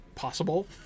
possible